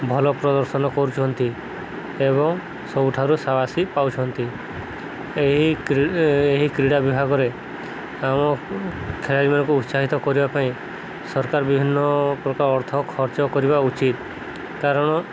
ଭଲ ପ୍ରଦର୍ଶନ କରୁଛନ୍ତି ଏବଂ ସବୁଠାରୁ ସାବାସୀ ପାଉଛନ୍ତି ଏହି ଏହି କ୍ରୀଡ଼ା ବିଭାଗରେ ଆମ ଖେଳାଳିମାନଙ୍କୁ ଉତ୍ସାହିତ କରିବା ପାଇଁ ସରକାର ବିଭିନ୍ନ ପ୍ରକାର ଅର୍ଥ ଖର୍ଚ୍ଚ କରିବା ଉଚିତ କାରଣ